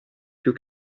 più